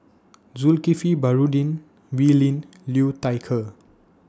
Zulkifli Baharudin Wee Lin Liu Thai Ker